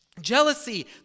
jealousy